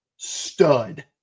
Stud